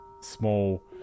small